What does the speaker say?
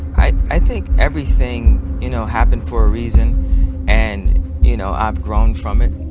i think everything you know happened for a reason and you know i've grown from it.